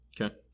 Okay